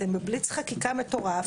אתם בבליץ חקיקה מטורף,